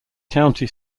county